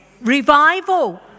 Revival